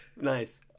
Nice